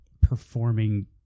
performing